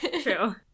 True